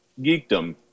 geekdom